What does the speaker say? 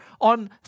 on